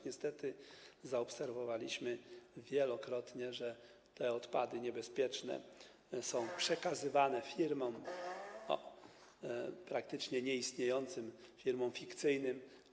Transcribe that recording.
Niestety zaobserwowaliśmy wielokrotnie, że odpady niebezpieczne są przekazywane firmom praktycznie nieistniejącym, firmom fikcyjnym.